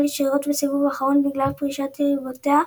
ישירות בסיבוב האחרון בגלל פרישת יריבותיה,